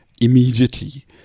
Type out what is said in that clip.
immediately